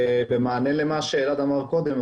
במענה למה שאלעד אמר קודם,